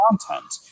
content